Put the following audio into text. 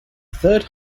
third